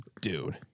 dude